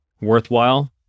worthwhile